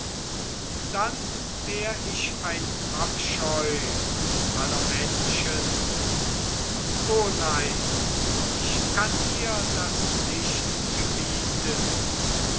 dann wär ich ein abscheu aller menschen o nein ich kann ihr das nicht gebieten